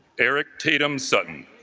eric tatum sutton